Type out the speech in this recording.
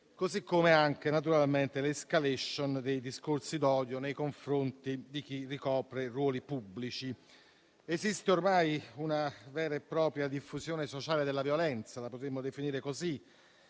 così come anche l'*escalation* dei discorsi d'odio nei confronti di chi ricopre ruoli pubblici. Esiste ormai una vera e propria diffusione sociale della violenza - la potremmo definire così